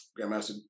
Grandmaster